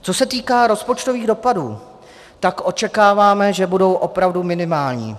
Co se týká rozpočtových dopadů, tak očekáváme, že budou opravdu minimální.